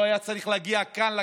הוא לא היה צריך להגיע כאן לכנסת,